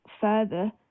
further